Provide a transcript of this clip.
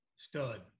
Stud